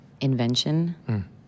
invention